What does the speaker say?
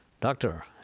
Doctor